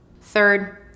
Third